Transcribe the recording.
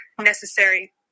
necessary